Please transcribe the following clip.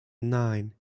nine